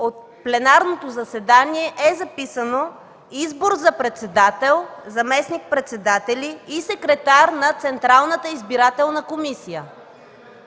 за пленарното заседание е записано: „Избор за председател, заместник-председатели и секретар на Централната избирателна комисия”.